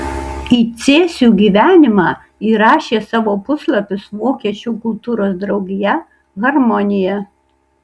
į cėsių gyvenimą įrašė savo puslapius vokiečių kultūros draugija harmonija